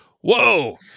whoa